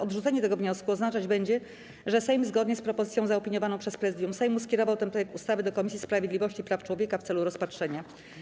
Odrzucenie tego wniosku oznaczać będzie, że Sejm, zgodnie z propozycją zaopiniowaną przez Prezydium Sejmu, skierował ten projekt ustawy do Komisji Sprawiedliwości i Praw Człowieka w celu rozpatrzenia.